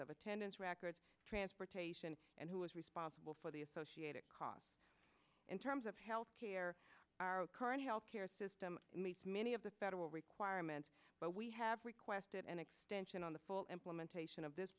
of attendance records transportation and who is responsible for the associated cost in terms of health care our current health care system many of the federal requirements but we have requested an extension on the full implementation of this